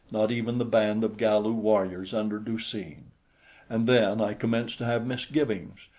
not even the band of galu warriors under du-seen and then i commenced to have misgivings.